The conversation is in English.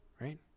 Right